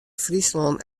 fryslân